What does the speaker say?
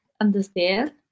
understand